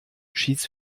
cheats